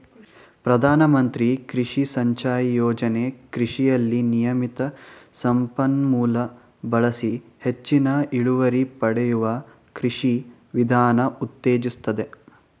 ಪ್ರಧಾನಮಂತ್ರಿ ಕೃಷಿ ಸಿಂಚಾಯಿ ಯೋಜನೆ ಕೃಷಿಯಲ್ಲಿ ನಿಯಮಿತ ಸಂಪನ್ಮೂಲ ಬಳಸಿ ಹೆಚ್ಚಿನ ಇಳುವರಿ ಪಡೆಯುವ ಕೃಷಿ ವಿಧಾನ ಉತ್ತೇಜಿಸ್ತದೆ